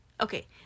Okay